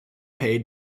paid